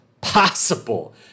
possible